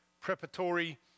preparatory